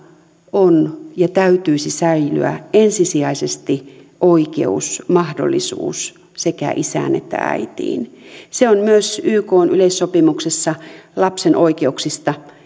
on ja täytyisi säilyä ensisijaisesti oikeus mahdollisuus sekä isään että äitiin se on myös ykn yleissopimuksessa lapsen oikeuksista